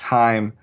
time